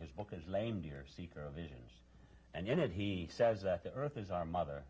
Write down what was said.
his book is lame deer seeker visions and in it he says that the earth is our mother